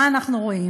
מה אנחנו רואים?